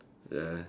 ya